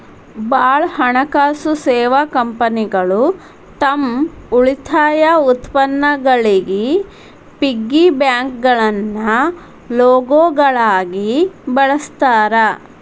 ಭಾಳ್ ಹಣಕಾಸು ಸೇವಾ ಕಂಪನಿಗಳು ತಮ್ ಉಳಿತಾಯ ಉತ್ಪನ್ನಗಳಿಗಿ ಪಿಗ್ಗಿ ಬ್ಯಾಂಕ್ಗಳನ್ನ ಲೋಗೋಗಳಾಗಿ ಬಳಸ್ತಾರ